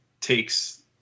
takes